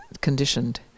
conditioned